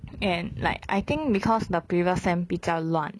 and like I think because the previous sem 比较乱